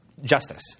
justice